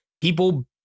people